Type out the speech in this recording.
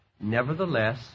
nevertheless